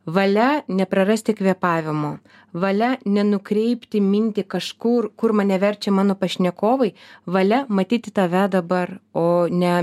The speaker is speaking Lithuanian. valia neprarasti kvėpavimo valia nenukreipti mintį kažkur kur mane verčia mano pašnekovai valia matyti tave dabar o ne